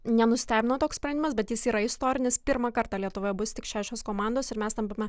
nenustebino toks sprendimas bet jis yra istorinis pirmą kartą lietuvoje bus tik šešios komandos ir mes tampame